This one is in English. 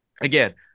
again